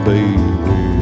Baby